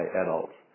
adults